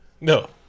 No